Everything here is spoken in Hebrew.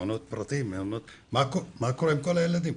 מה קורה עם כל הילדים?